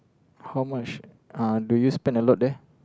how much uh do you spend a lot there